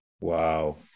wow